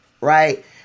right